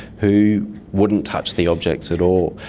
who wouldn't touch the objects at all.